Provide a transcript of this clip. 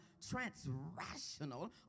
transrational